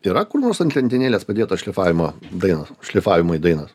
yra kur nors ant lentynėlės padėtos šlifavimo dainos šlifavimui dainos